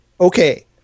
Okay